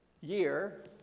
year